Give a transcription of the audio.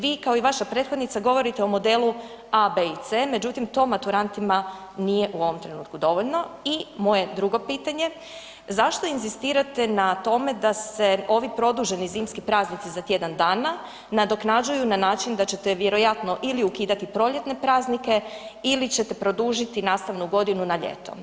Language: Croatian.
Vi kao i vaša prethodnica, govorite o modelu A, B i C međutim to maturantima nije u ovom trenutku dovoljno i moje drugo pitanje, zašto inzistirate na tome da se ovi produženi zimski praznici za tjedan dana, nadoknađuju na način da ćete vjerojatno ili ukidati proljetne praznike ili ćete produžiti nastavnu godinu na ljeto?